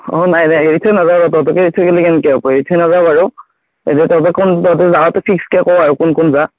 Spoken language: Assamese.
অঁ নাই নাই এতিয়া নাযাওঁ ৰ তহঁতকে এৰি থৈ গ'লে কেনেকৈ হ'ব এৰি থৈ নাযাওঁ বাৰু এতিয়া তহঁতে কোন তহঁতে যোৱাটো ফিক্সকৈ ক আৰু কোন কোন যাও